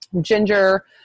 ginger